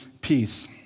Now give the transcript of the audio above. peace